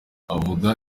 avuga